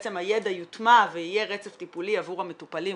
ובעצם הידע יוטמע ויהיה רצף טיפולי עבור המטופלים,